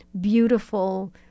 beautiful